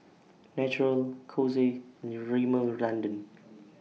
Naturel Kose and Rimmel London